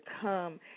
Come